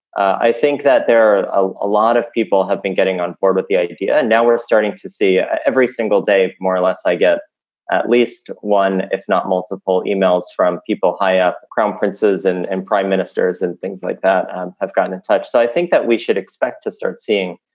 i think that there are a lot of people have been getting on board with the idea and now we're starting to see every single day, more or less, i get at least one, if not multiple emails from people high up. crown prince's and and prime ministers and things like that have gotten in touch. so i think that we should expect to start seeing.